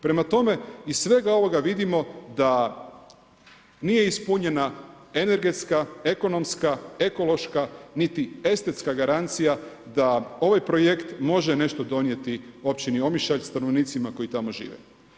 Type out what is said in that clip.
Prema tome, iz svega ovoga vidimo da nije ispunjena energetska, ekonomska, ekološka niti estetska garancija da ovaj projekt može nešto donijeti općini Omišalj, stanovnicima koji tamo žive.